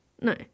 No